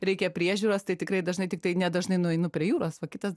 reikia priežiūros tai tikrai dažnai tiktai nedažnai nueinu prie jūros va kitas